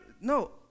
No